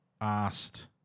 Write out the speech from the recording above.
asked